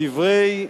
בדברי,